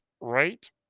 right